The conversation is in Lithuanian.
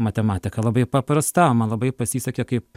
matematika labai paprasta man labai pasisekė kaip